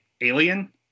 Alien